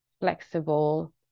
flexible